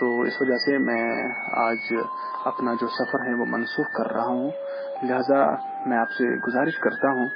تو اس وجہ سے میں آج اپنا جو سفر ہے وہ منسوخ کر رہا ہوں لہٰذا میں آپ سے گزارش کرتا ہوں